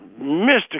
Mr